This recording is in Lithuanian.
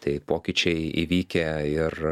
tai pokyčiai įvykę ir